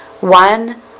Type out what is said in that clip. One